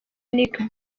nicky